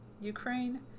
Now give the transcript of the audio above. Ukraine